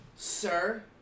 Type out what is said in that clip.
Sir